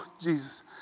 Jesus